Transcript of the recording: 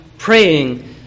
Praying